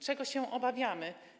Czego się obawiamy?